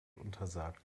untersagt